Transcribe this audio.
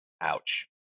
Ouch